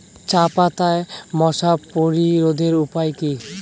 চাপাতায় মশা প্রতিরোধের উপায় কি?